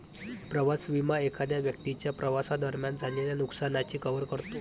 प्रवास विमा एखाद्या व्यक्तीच्या प्रवासादरम्यान झालेल्या नुकसानाची कव्हर करतो